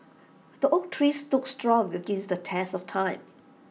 the oak tree stood strong against the test of time